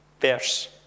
verse